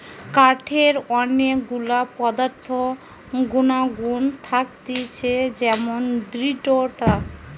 কাঠের অনেক গুলা পদার্থ গুনাগুন থাকতিছে যেমন দৃঢ়তা